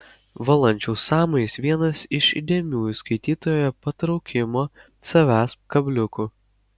valančiaus sąmojis vienas iš įdėmiųjų skaitytojo patraukimo savęsp kabliukų